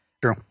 True